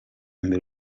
imbere